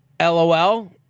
LOL